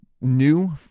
new